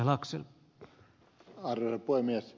arvoisa puhemies